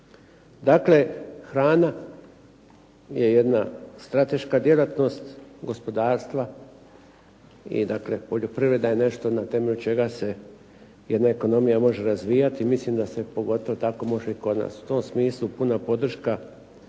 Dakle, hrana je jedna strateška djelatnost gospodarstva i dakle, poljoprivreda je nešto na temelju čega se jedna ekonomija može razvijati. I mislim da se pogotovo tako može i kod nas. U tom smislu puna podrška